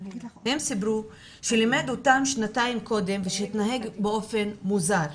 הם סיפרו שהוא לימד אותם שנתיים קודם ושהתנהג באופן מוזר.